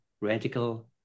radical